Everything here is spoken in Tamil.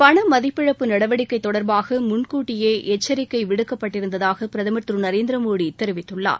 பணமதிப்பிழப்பு நடவடிக்கை தொடர்பாக முன்கூட்டியே எச்சரிக்கை விடுக்கப்பட்டிருந்ததாக பிரதமர் திரு நரேந்திரமோடி தெரிவித்துள்ளார்